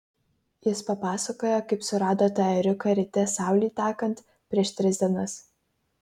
jis papasakojo kaip surado tą ėriuką ryte saulei tekant prieš tris dienas